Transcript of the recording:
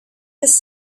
his